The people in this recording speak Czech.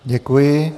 Děkuji.